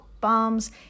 bombs